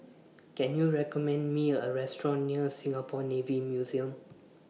Can YOU recommend Me A Restaurant near Singapore Navy Museum